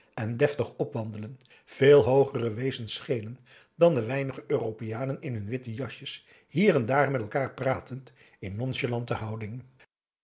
en deftig opwandelen veel hoogere wezens schenen dan de weinige europeanen in hun witte jasjes hier en daar met elkaar pratend in nonchalante houding